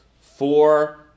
Four